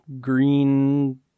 green